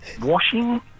washing